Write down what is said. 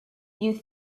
you